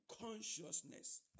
consciousness